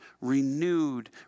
renewed